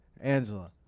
Angela